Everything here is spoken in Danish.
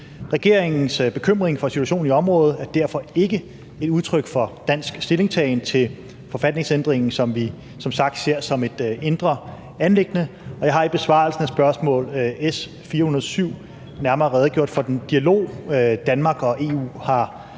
Regeringens bekymring for situationen i området er derfor ikke et udtryk for dansk stillingtagen til forfatningsændringen, som vi som sagt ser som et indre anliggende, og jeg har i besvarelsen af spørgsmål S 407 nærmere redegjort for den dialog, Danmark og EU har